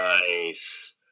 Nice